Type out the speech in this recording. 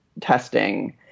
testing